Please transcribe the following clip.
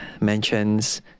mentions